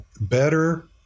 better